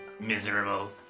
miserable